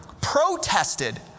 protested